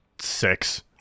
six